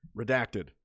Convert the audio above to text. redacted